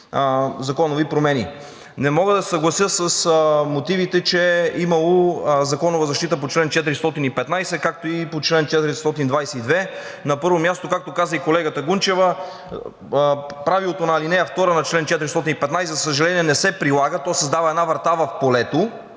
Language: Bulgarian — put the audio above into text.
законови промени. Не мога да се съглася с мотивите, че имало законова защита по чл. 415, както и по чл. 422. На първо място, както каза и колегата Гунчева, правилото на ал. 2 на чл. 415, за съжаление, не се прилага – то създава една врата в полето